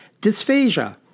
Dysphagia